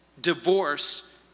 Divorce